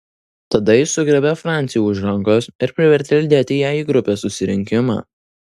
tada ji sugriebė francį už rankos ir privertė lydėti ją į grupės susirinkimą